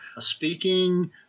speaking